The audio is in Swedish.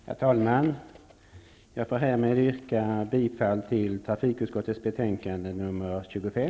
Herr talman! Jag yrkar härmed bifall till trafikutskottets hemställan i betänkande nr 25.